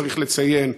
צריך לציין,